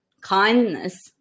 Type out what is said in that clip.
kindness